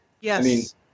Yes